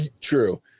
true